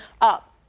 up